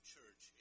church